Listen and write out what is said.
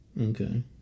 Okay